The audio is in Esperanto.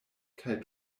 kaj